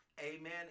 Amen